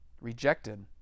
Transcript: rejected